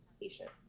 patient